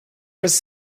was